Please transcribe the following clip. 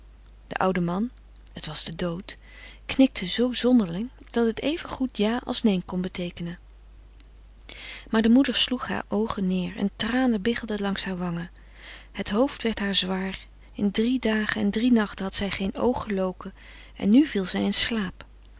de oude man het was de dood knikte zoo zonderling dat het even goed ja als neen kon beteekenen maar de moeder sloeg haar oogen neer en tranen biggelden langs haar wangen het hoofd werd haar zwaar in drie dagen en drie nachten had zij geen oog geloken en nu viel zij in slaap